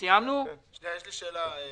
למה פה זה 640,000?